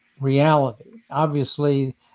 reality—obviously